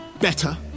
better